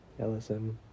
LSM